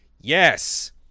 Yes